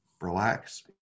relax